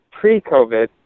pre-COVID